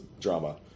drama